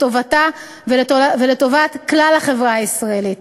לטובתה ולטובת כלל החברה הישראלית.